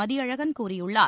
மதியழகன் கூறியுள்ளார்